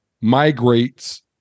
migrates